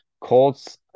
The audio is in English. Colts